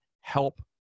help